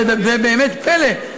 זה באמת פלא.